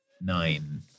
Nine